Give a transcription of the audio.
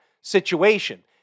situation